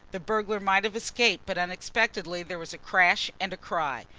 the burglar might have escaped, but unexpectedly there was a crash and a cry.